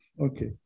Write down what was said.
Okay